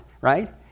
right